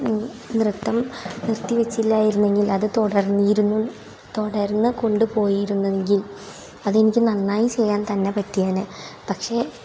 നൃത്തം നിർത്തിവെച്ചില്ലായിരുന്നെങ്കിൽ അത് തുടർന്നിരുന്നു തുടർന്നു കൊണ്ടുപോയിരുന്നെങ്കിൽ അത് എനിക്ക് നന്നായി ചെയ്യാൻ തന്നെ പറ്റിയേനെ പക്ഷേ